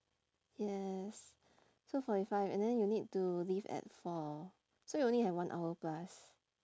yes so forty five and then you need to leave at four so you only have one hour plus